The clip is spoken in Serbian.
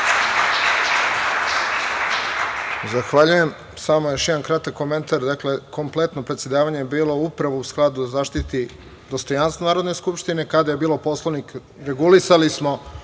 Tvrdišić** Samo još jedan kratak komentar. Dakle, kompletno predsedavanje je bilo upravo u skladu da zaštiti dostojanstvo Narodne skupštine, kada je bio Poslovnik, regulisali smo